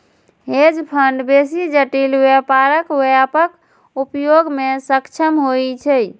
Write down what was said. hedge fund बेसी जटिल व्यापारक व्यापक उपयोग मे सक्षम होइ छै